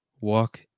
walk